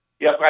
Yes